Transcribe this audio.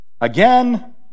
Again